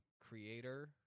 creator